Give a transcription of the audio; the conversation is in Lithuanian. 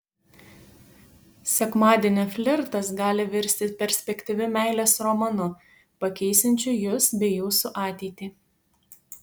sekmadienio flirtas gali virsti perspektyviu meilės romanu pakeisiančiu jus bei jūsų ateitį